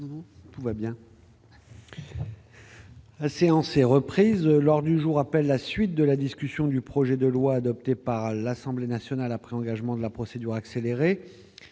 cette loi. Séance et reprises lors du jour appelle la suite de la discussion du projet de loi adopté par l'Assemblée nationale après engagement de la procédure accélérée